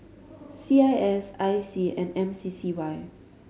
C I S I C and M C C Y